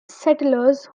settlers